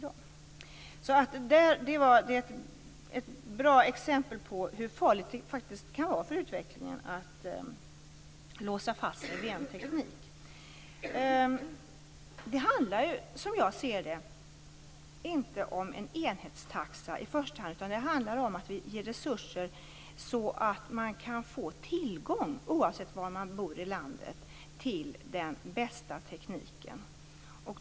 Det är ett bra exempel på hur farligt det faktiskt kan vara för utvecklingen att låsa fast sig vid en teknik. Som jag ser det handlar det inte om en enhetstaxa i första hand, utan det handlar om att vi ger resurser så att man kan få tillgång till den bästa tekniken oavsett var man bor i landet.